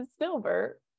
silver